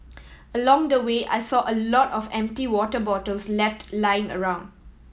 along the way I saw a lot of empty water bottles left lying around